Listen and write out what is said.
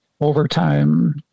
overtime